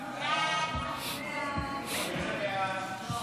סעיפים 1 11